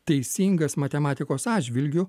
teisingas matematikos atžvilgiu